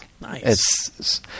Nice